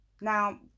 Now